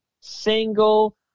single